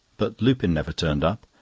but lupin never turned up,